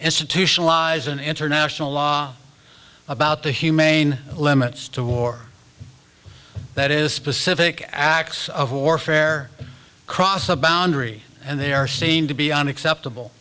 institutionalize an international law about the humane limits to war that is specific acts of warfare cross a boundary and there seem to be unacceptable